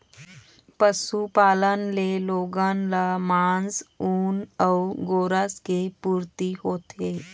पशुपालन ले लोगन ल मांस, ऊन अउ गोरस के पूरती होथे